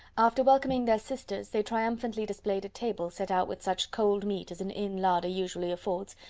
after welcoming their sisters, they triumphantly displayed a table set out with such cold meat as an inn larder usually affords,